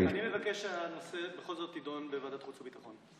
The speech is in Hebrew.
אני מבקש שהנושא בכל זאת יידון בוועדת החוץ והביטחון.